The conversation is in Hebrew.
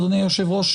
אדוני היושב-ראש,